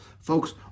folks